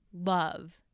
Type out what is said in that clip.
love